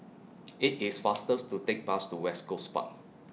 IT IS faster to Take Bus to West Coast Park